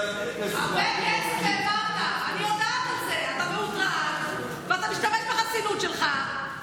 אותה רשות שהעברת לה כסף, השתמשת בחסינות שלך.